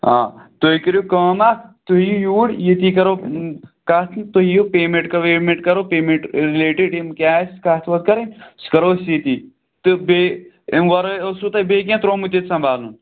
آ تُہۍ کٔرِو کٲم اَکھ تُہۍ یِیِو یور ییٚتی کَرِو کَتھ تہٕ تُہۍ ییِو پیمیٚنٛٹ کَویمیٚنٛٹ کَرِو پیمیٚنٛٹ رِلیٹِڈ یِم کیٛاہ آسہِ کَتھ وَتھ کَرٕنۍ سُہ کَرو أسۍ ییٚتی تہٕ بیٚیہِ اَمہِ وَرٲے اوسوٕ تۄہہِ بیٚیہِ تہِ کیٚنٛہہ ترٛوومُت ییٚتہِ سَنٛبھالُن